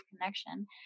connection